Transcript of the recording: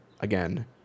Again